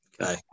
Okay